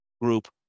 group